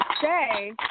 say